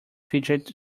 fidget